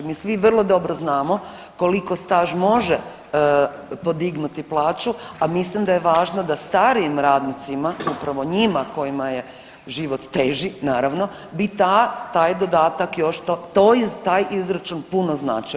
Mi svi vrlo dobro znamo koliko staž može podignuti plaću, a mislim da je važno da starijim radnicima, upravo njima kojima je život teži, naravno bi taj dodatak, taj izračun puno značio.